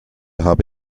habe